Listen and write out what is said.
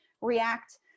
react